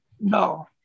No